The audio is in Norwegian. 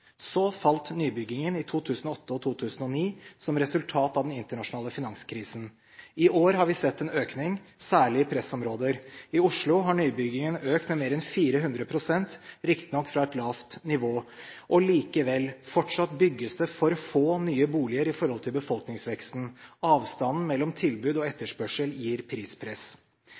Så falt nybyggingen i 2008 og 2009 som resultat av den internasjonale finanskrisen. I år har vi sett en økning, særlig i pressområder. I Oslo har nybyggingen økt med mer enn 400 pst., riktignok fra et lavt nivå. Og likevel: Fortsatt bygges det for få nye boliger i forhold til befolkningsveksten. Avstanden mellom tilbud og etterspørsel gir prispress.